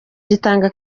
gitanga